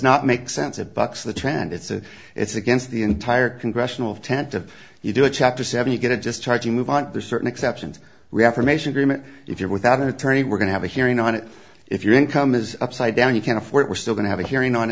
not make sense of bucks the trend it's a it's against the entire congressional th of you do a chapter seven you get a just charge you move on there's certain exceptions reaffirmation agreement if you're without an attorney we're going to have a hearing on it if your income is upside down you can't afford it we're still going to have a hearing on